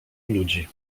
ludzi